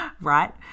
Right